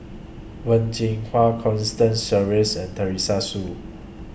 Wen Jinhua Constance Sheares and Teresa Hsu